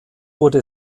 wurde